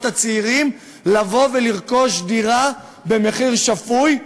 הצעירים לבוא ולרכוש דירה במחיר שפוי.